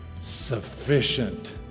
Sufficient